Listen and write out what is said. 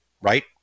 right